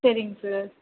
சரிங்க சார்